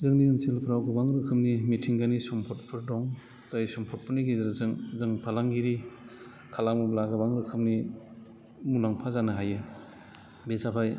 जोंनि ओनसोलफोराव गोबां रोखोमनि मिथिंगानि सम्फदफोर दं जाय सम्फदफोरनि गेजेरजों जों फालांगि खालामोब्ला गोबां रोखोमनि मुलाम्फा जानो हायो बे जाबाय